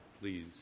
Please